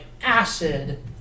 acid